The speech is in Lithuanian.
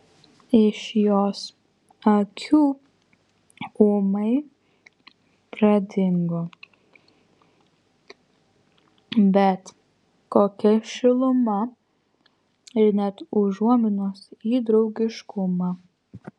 iš jos akių ūmai pradingo bet kokia šiluma ir net užuominos į draugiškumą